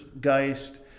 Geist